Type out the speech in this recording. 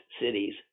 cities